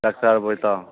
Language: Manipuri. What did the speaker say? ꯆꯥꯛ ꯆꯥꯔꯕꯣ ꯏꯇꯥꯎ